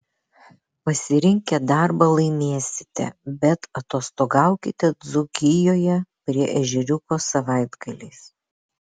pasirinkę darbą laimėsite bet atostogaukite dzūkijoje prie ežeriuko savaitgaliais